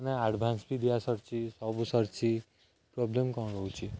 ମାନେ ଆଡଭାନ୍ସ ବି ଦିଆ ସରିଛି ସବୁ ସରିଛି ପ୍ରୋବ୍ଲେମ୍ କ'ଣ ରହୁଛି